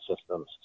systems